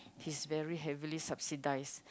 he's very heavily subsidized